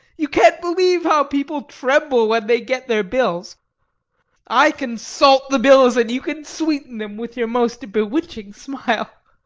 you can't believe how people tremble when they get their bills i can salt the bills and you can sweeten them with your most bewitching smile